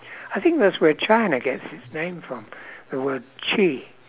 I think that's where china gets its name from the word chi